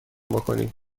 بکنیم